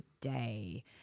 today